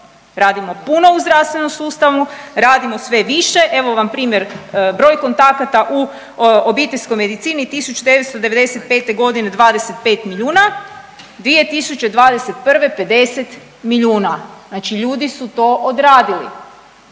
radimo puno u zdravstvenom sustavu, radimo sve više. Evo vam primjer, broj kontakata u obiteljskoj medicini 1995.g. 25 milijuna, 2021. 50 milijuna, znači ljudi su to odradili.